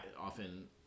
often